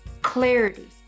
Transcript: clarity